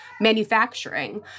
manufacturing